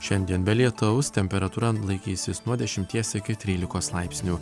šiandien be lietaus temperatūra laikysis nuo dešimties iki trylikos laipsnių